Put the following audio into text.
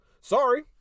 Sorry